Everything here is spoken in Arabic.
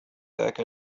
ذاك